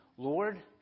Lord